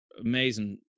amazing